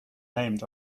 named